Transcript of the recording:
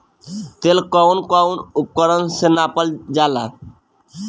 तेल कउन कउन उपकरण से नापल जाला?